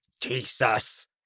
Jesus